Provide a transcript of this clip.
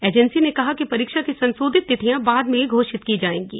agency ने कहा कि परीक्षा की संशोधित तिथियां बाद में घोषित की जाएंगी